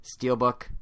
Steelbook